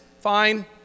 fine